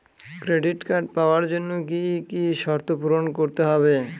Credit card পাওয়ার জন্য কি কি শর্ত পূরণ করতে হবে?